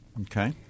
Okay